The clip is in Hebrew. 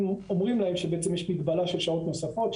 בעצם אומרים להם שיש מגבלה של שעות נוספות,